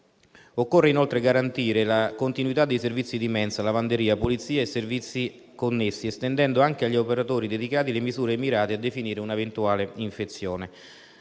Occorre, inoltre, garantire la continuità dei servizi di mensa, lavanderia, pulizia e servizi connessi, estendendo anche agli operatori dedicati le misure mirate a definire un'eventuale infezione.